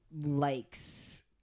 likes